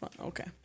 Okay